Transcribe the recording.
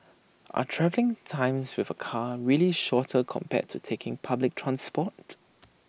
are travelling times with A car really shorter compared to taking public transport